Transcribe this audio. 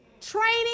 training